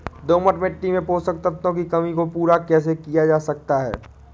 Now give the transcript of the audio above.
दोमट मिट्टी में पोषक तत्वों की कमी को पूरा कैसे किया जा सकता है?